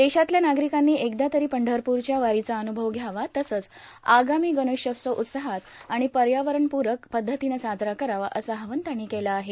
देशातल्या नागरिकांनी एकदा तरी पंढरपूरच्या वारीचा अन्गुभव ध्यावा तसंच आगामी गणेशोत्सव उत्साहात आणि पर्यावरणपूरक पद्धतीनं साजरा करावा असं आवाहन त्यांनी केलं आहे